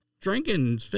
Drinking